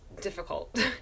difficult